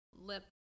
lip